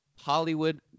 Hollywood